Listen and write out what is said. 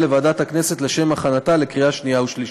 לוועדת הכנסת לשם הכנתה לקריאה שנייה ושלישית.